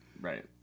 Right